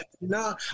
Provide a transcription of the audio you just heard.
No